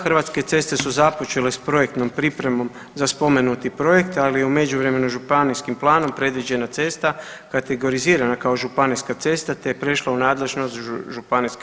Hrvatske ceste su započele s projektom pripremom za spomenuti projekt, ali je u međuvremenu županijskim planom predviđena cesta kategorizirana kao županijska cesta, te je prešla u nadležnost ŽUC-a.